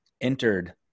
entered